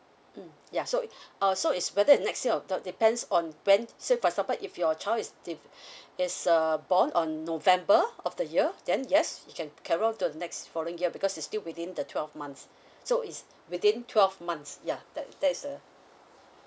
mm ya so uh so it's whether is next year or not depends on when say for example if your child is if is a born on november of the year then yes you can carry on to the next following year because it's still within the twelve months so it's within twelve months ya that's that's a